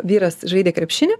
vyras žaidė krepšinį